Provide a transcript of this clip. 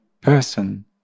person